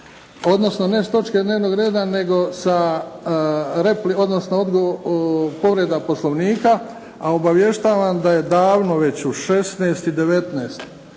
odnosno ne s točke dnevnog reda nego povreda poslovnika a obavještavam da je davno već u 16,19